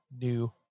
new